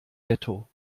ghetto